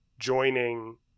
joining